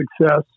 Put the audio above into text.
success